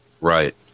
right